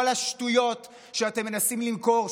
כל השטויות שאתם מנסים למכור,